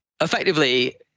effectively